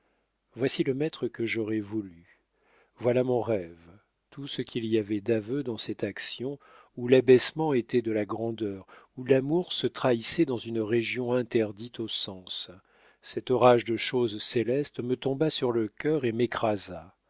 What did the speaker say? voici le maître que j'aurais voulu voilà mon rêve tout ce qu'il y avait d'aveux dans cette action où l'abaissement était de la grandeur où l'amour se trahissait dans une région interdite aux sens cet orage de choses célestes me tomba sur le cœur et m'écrasa